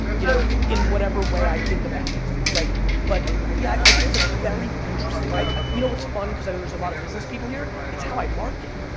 you know, in whatever way i think about it. like but, yeah, i think it's ah very interesting. you know, what's fun, cause i know there's a lot of business people here, it's how i market.